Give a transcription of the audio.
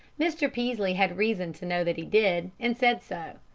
mr. peaslee had reason to know that he did, and said so.